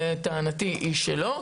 וטענתי היא שלא,